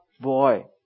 boy